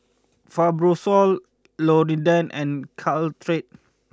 Fibrosol Polident and Caltrate